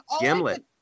Gimlet